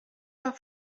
war